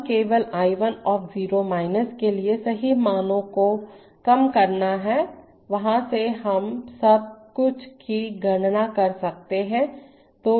हमें केवल I 1 of 0 के लिए सही मानों को कम करना है वहां से हम सब कुछ की गणना कर सकते हैं